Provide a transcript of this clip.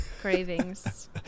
Cravings